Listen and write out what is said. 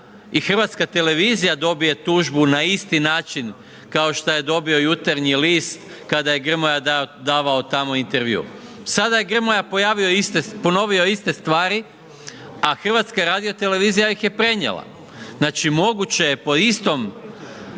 da sada i HT dobije tužbu na isti način kao što je dobio Jutarnji list kada je Grmoja davao tamo intervju. Sada je Grmoja pojavio, ponovio iste stvari, a HRT iz je prenijela. Znači moguće je po istom